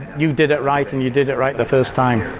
you did it right and you did it right the first time.